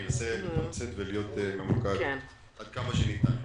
אנסה לתמצת ולהיות ממוקד עד כמה שניתן.